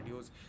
videos